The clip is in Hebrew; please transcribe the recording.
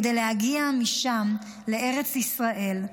כדי להגיע משם לארץ ישראל,